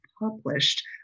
published